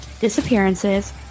disappearances